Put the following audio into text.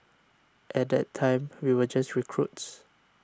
at that time we were just recruits